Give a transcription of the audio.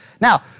Now